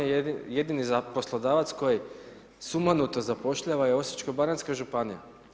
Jedini poslodavac koji sumanuto zapošljava je Osječko-baranjska županija.